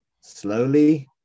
slowly